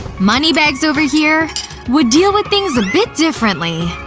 money-bags over here would deal with things a bit differently.